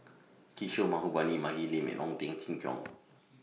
Kishore Mahbubani Maggie Lim and Ong Teng Cheong